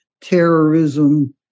terrorism